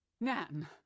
Nan